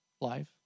life